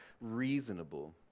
reasonable